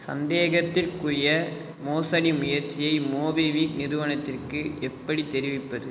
சந்தேகத்திற்குரிய மோசடி முயற்சியை மோபிக்விக் நிறுவனத்துக்கு எப்படி தெரிவிப்பது